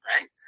right